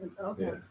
Okay